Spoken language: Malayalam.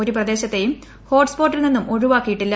ഒരു പ്രദേശത്തേയും ഹോട്ട് സ്പോട്ടിൽ നിന്നും ഒഴിവാക്കിയിട്ടില്ല